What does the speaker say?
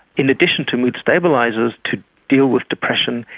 in addition to mood stabilisers, to deal with depression,